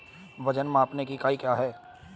वजन मापने की इकाई क्या है?